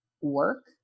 work